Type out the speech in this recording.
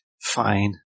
fine